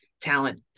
talent